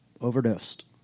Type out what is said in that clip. overdosed